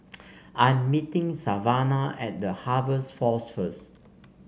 I'm meeting Savana at The Harvest Force first